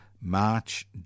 march